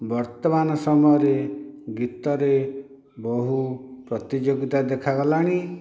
ବର୍ତ୍ତମାନ ସମୟରେ ଗୀତରେ ବହୁ ପ୍ରତିଯୋଗିତା ଦେଖା ଗଲାଣି